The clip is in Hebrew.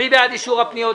מי בעד אישור הפניות?